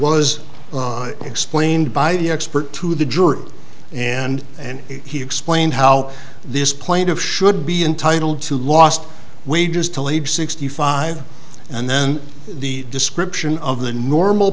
was explained by the expert to the jury and and he explained how this plane of should be entitled to lost wages to leave sixty five and then the description of the normal